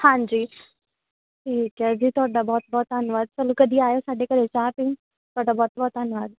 ਹਾਂਜੀ ਠੀਕ ਹੈ ਜੀ ਤੁਹਾਡਾ ਬਹੁਤ ਬਹੁਤ ਧੰਨਵਾਦ ਸਾਨੂੰ ਕਦੀ ਆਇਓ ਸਾਡੇ ਘਰ ਚਾਹ ਪੀਣ ਤੁਹਾਡਾ ਬਹੁਤ ਬਹੁਤ ਧੰਨਵਾਦ